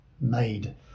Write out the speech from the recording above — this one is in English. made